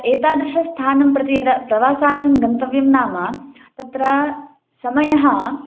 एतादृशस्थानं प्रति यदा प्रवासार्थं गन्तव्यं नाम तत्र समयः